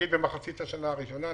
לפחות במחצית השנה הראשונה.